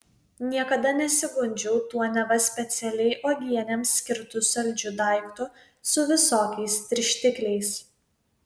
niekada nesigundžiau tuo neva specialiai uogienėms skirtu saldžiu daiktu su visokiais tirštikliais